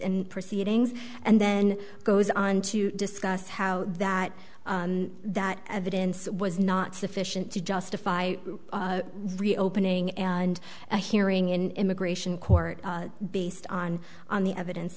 and proceedings and then goes on to discuss how that that evidence was not sufficient to justify reopening and a hearing in immigration court based on on the evidence